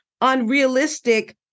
unrealistic